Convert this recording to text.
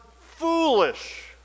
foolish